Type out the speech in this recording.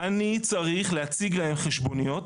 אני צריך להציג להם חשבוניות,